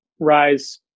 rise